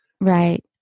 Right